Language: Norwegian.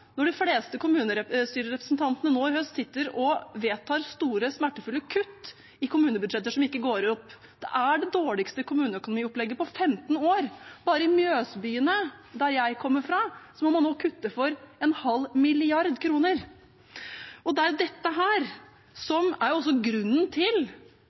når de fleste kommunestyrerepresentanter nå i høst sitter og vedtar store, smertefulle kutt i kommunebudsjetter som ikke går opp. Det er det dårligste kommuneøkonomiopplegget på 15 år. Bare i Mjøsbyene, der jeg kommer fra, må man nå kutte for en halv milliard kroner. Det er dette som er en av grunnene til